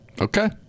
Okay